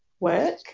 work